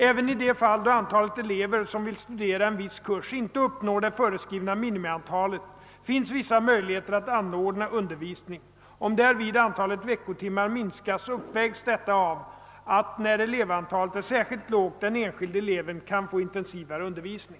Även i de fall då antalet elever, som vill studera en viss kurs, inte uppnår det föreskrivna minimiantalet finns vissa möjligheter att anordna undervisning. Om därvid antalet veckotimmar minskas uppvägs detta av att, när elevantalet är särskilt lågt, den enskilde eleven kan få intensivare undervisning.